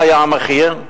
מה המחיר?